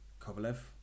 Kovalev